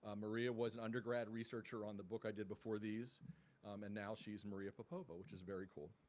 ah maria was an undergrad researcher on the book i did before these and now she's maria popova which is very cool.